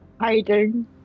Hiding